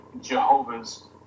Jehovah's